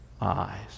eyes